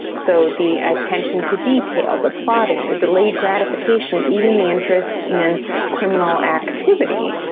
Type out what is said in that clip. so the attention to detail, the plotting, the delayed gratification, even the interest in criminal activity,